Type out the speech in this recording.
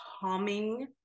calming